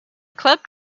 club